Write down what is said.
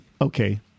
Okay